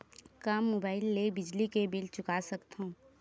का मुबाइल ले बिजली के बिल चुका सकथव?